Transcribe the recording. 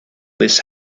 this